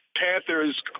Panthers